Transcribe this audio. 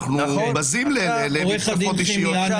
אנחנו בזים למתקפות אישיות.